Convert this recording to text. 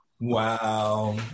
Wow